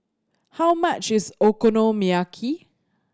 how much is Okonomiyaki